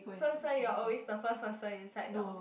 so so you are always the first person inside the office